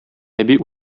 әби